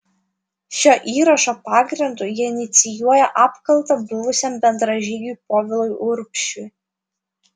šio įrašo pagrindu jie inicijuoja apkaltą buvusiam bendražygiui povilui urbšiui